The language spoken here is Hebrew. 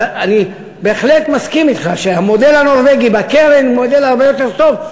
אבל אני בהחלט מסכים אתך שהמודל הנורבגי בקרן הוא מודל הרבה יותר טוב.